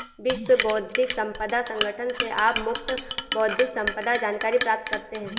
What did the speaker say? विश्व बौद्धिक संपदा संगठन से आप मुफ्त बौद्धिक संपदा जानकारी प्राप्त करते हैं